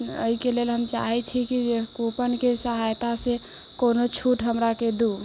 एहिके लेल हम चाहै छी कि जे कूपनके सहायतासँ कोनो छूट हमराके दू